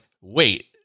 wait